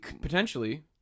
potentially